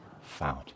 Found